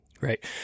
Right